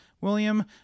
William